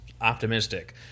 optimistic